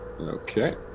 Okay